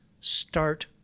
start